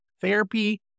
Therapy